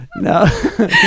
no